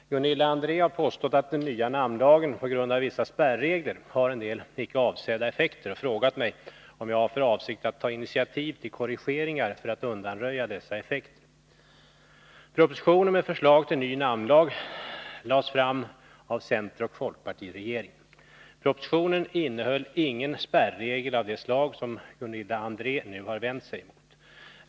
Herr talman! Gunilla André har påstått att den nya namnlagen på grund av vissa spärregler har en del icke avsedda effekter och frågat mig om jag har för avsikt att ta initiativ till korrigeringar för att undanröja dessa effekter. André nu har vänt sig emot.